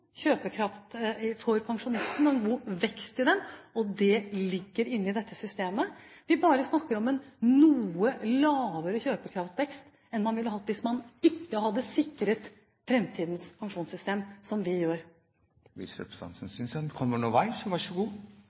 kjøpekraft for pensjonistene, og en god vekst i den, og det ligger inne i dette systemet. Vi snakker bare om en noe lavere kjøpekraftsvekst enn man ville hatt hvis man ikke hadde sikret framtidens pensjonssystem som vi gjør. Hvis representanten synes han kommer noen vei, så vær så god.